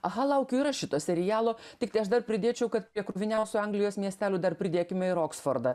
aha laukiu ir aš šito serialo tiktai aš dar pridėčiau kad prie kruviniausių anglijos miestelių dar pridėkime ir oksfordą